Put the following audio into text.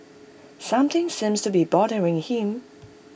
something seems to be bothering him